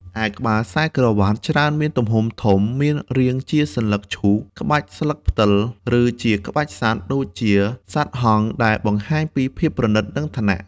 ឯក្បាលខ្សែក្រវាត់ច្រើនមានទំហំធំ មានរាងជាសន្លឹកឈូក ក្បាច់ស្លឹកផ្តិល ឬជាក្បាលសត្វ ដូចជាសត្វហង្ស ដែលបង្ហាញពីភាពប្រណីត និងឋានៈ។